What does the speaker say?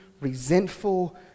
resentful